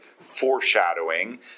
foreshadowing